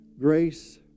grace